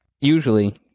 usually